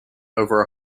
over